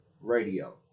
radio